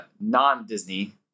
non-Disney